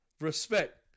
Respect